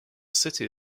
city